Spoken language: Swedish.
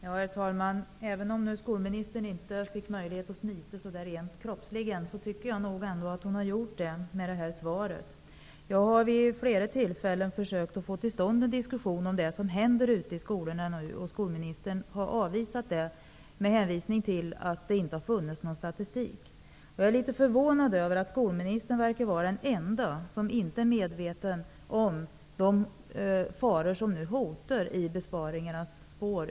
Herr talman! Även om skolministern inte fick möjlighet att smita rent kroppsligen, tycker jag nog att hon har gjort det genom det här svaret. Jag har vid flera tillfällen försökt att få till stånd en diskussion om det som händer ute i skolorna nu. Skolministern har avvisat det med hänvisning till att det inte har funnits någon statistik. Jag är litet förvånad över att skolministern verkar vara den enda som inte är medveten om de faror som nu hotar ute i skolorna i besparingarnas spår.